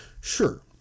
sure